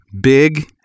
big